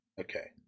Okay